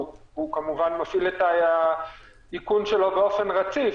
והוא כמובן מפעיל את האיכון שלו באופן רציף.